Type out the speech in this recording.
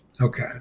Okay